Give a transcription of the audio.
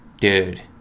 dude